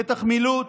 פתח מילוט